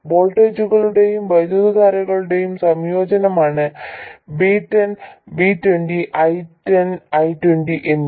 വോൾട്ടേജുകളുടെയും വൈദ്യുതധാരകളുടെയും സംയോജനമാണ് V10 V20 I10 I20 എന്നിവ